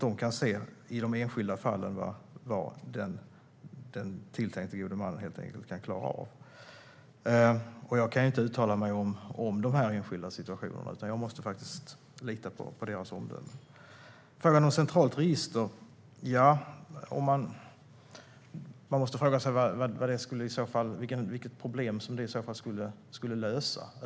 De kan se i det enskilda fallet vad den tilltänkte gode mannen kan klara av. Jag kan inte uttala mig om de enskilda situationerna, utan jag måste lita på deras omdöme. Sedan var det frågan om ett centralt register. Vilket problem skulle det lösa?